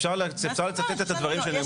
אפשר לצטט את הדברים שנאמרו